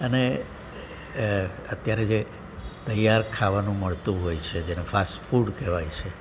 અને અત્યારે જે તૈયાર ખાવાનું મળતું હોય છે જેને ફાસ્ટ ફૂડ કહેવાય છે